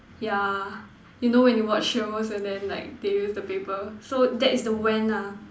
yeah you know when you watch shows and then like they use the paper so that's the when lah